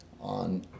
on